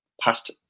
past